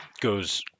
goes